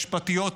משפטיות,